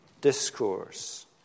discourse